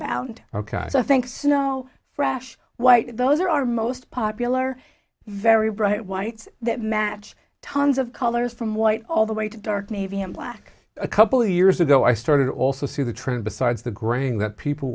bound ok so i think snow fresh white those are our most popular very bright whites that match tons of colors from white all the way to dark navy and black a couple of years ago i started also see the trend besides the graying that people